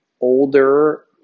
older